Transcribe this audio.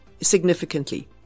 significantly